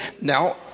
Now